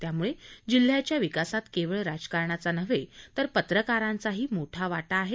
त्यामुळे जिल्ह्याच्या विकासात केवळ राजकारणाचा नव्हे तर पत्रकारांचाही मोठा वाटा आहे